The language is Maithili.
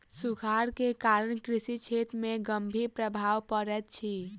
सूखाड़ के कारण कृषि क्षेत्र में गंभीर प्रभाव पड़ैत अछि